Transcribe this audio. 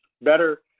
better